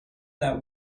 that